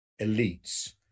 elites